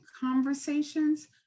conversations